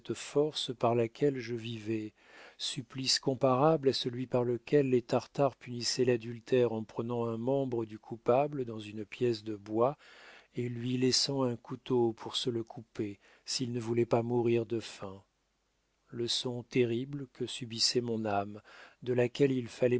force par laquelle je vivais supplice comparable à celui par lequel les tartares punissaient l'adultère en prenant un membre du coupable dans une pièce de bois et lui laissant un couteau pour se le couper s'il ne voulait pas mourir de faim leçon terrible que subissait mon âme de laquelle il